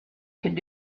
could